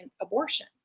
abortion